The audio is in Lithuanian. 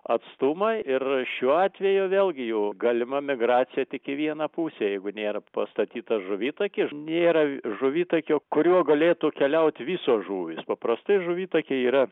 atstumą ir šiuo atveju vėlgi jų galima migracija tik į vieną pusę jeigu nėra pastatyta žuvitakis nėra žuvitakio kuriuo galėtų keliauti visos žuvys paprastai žuvitakiai yra